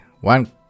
one